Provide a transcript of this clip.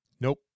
Nope